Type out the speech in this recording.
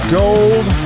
gold